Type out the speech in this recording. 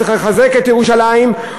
צריך לחזק את ירושלים,